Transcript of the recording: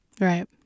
Right